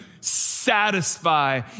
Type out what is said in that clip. satisfy